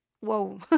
whoa